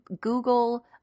Google